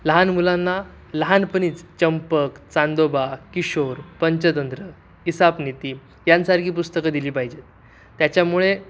लहान मुलांना लहानपणीच चंपक चांदोबा किशोर पंचतंत्र इसापनीती यासारखी पुस्तकं दिली पाहिजेत त्याच्यामुळे